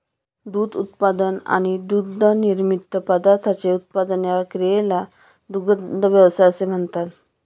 दूध उत्पादन आणि दुग्धनिर्मित पदार्थांचे उत्पादन या क्रियेला दुग्ध व्यवसाय असे म्हणतात